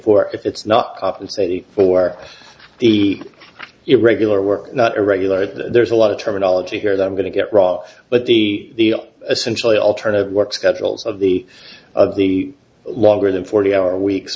for if it's not compensating for the irregular work not irregular there's a lot of terminology here that i'm going to get raw but the essentially alternative work schedules of the of the longer than forty hour weeks